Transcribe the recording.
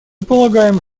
полагаем